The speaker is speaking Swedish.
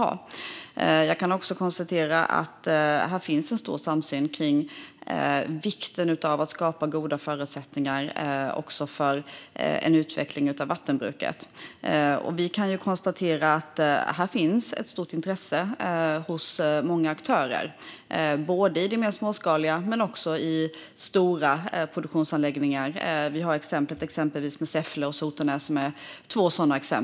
Här finns som sagt en stor samsyn om vikten av att skapa goda förutsättningar för en utveckling av vattenbruket. Hos många aktörer finns ett stort intresse. Det gäller både det småskaliga och i stora produktionsanläggningar. Vi har exempel från Säffle och Sotenäs.